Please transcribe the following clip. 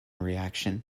reaction